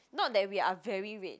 not that we are very red